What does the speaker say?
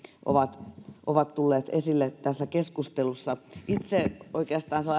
ovat ovat tulleet esille tässä keskustelussa itselläni oikeastaan se